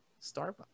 Starbucks